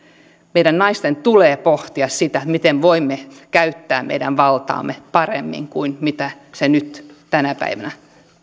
meidän naisten tulee pohtia sitä miten voimme käyttää meidän valtaamme paremmin kuin mitä nyt tänä päivänä